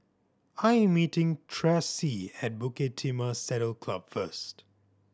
I am meeting Traci at Bukit Timah Saddle Club first